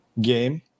game